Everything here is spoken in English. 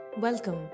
Welcome